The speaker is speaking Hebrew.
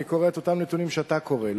אני קורא את אותם נתונים שאתה קורא,